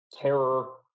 terror